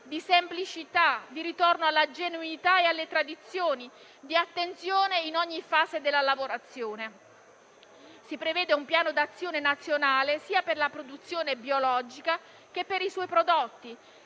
di semplicità, di ritorno alla genuinità e alle tradizioni, di attenzione in ogni fase della lavorazione. Si prevede un piano d'azione nazionale, sia per la produzione biologica che per i suoi prodotti,